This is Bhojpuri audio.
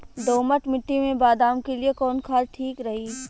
दोमट मिट्टी मे बादाम के लिए कवन खाद ठीक रही?